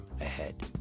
ahead